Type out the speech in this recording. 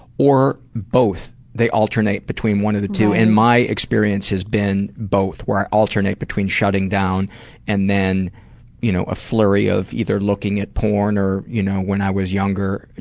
or both, they alternate between one of the two. and my experience has been both, where i alternate between shutting down and then you know a flurry of either looking at porn or you know when i was younger,